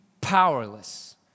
powerless